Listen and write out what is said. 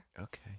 Okay